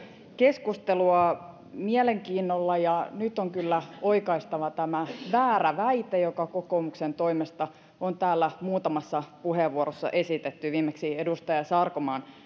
keskustelua mielenkiinnolla ja nyt on kyllä oikaistava tämä väärä väite joka kokoomuksen toimesta on täällä muutamassa puheenvuorossa esitetty viimeksi edustaja sarkomaan